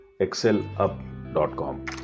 excelup.com